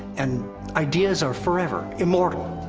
and ideas are forever. immortal.